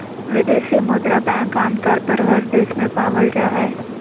विदेशी मुद्रा बैंक आमतौर पर हर देश में पावल जा हय